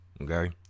okay